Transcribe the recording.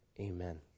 amen